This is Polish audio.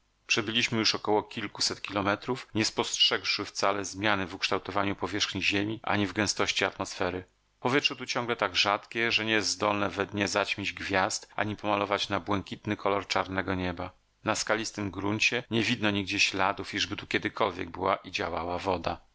przebyliśmy już około kilkuset kilometrów nie spostrzegłszy wcale zmiany w ukształtowaniu powierzchni ziemi ani w gęstości atmosfery powietrze tu ciągle tak rzadkie że nie jest zdolne we dnie zaćmić gwiazd ani pomalować na błękitny kolor czarnego nieba na skalistym gruncie nie widno nigdzie śladów iżby tu kiedykolwiek była i działała woda